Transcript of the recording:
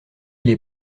les